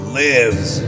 lives